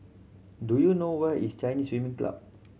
do you know where is Chinese Swimming Club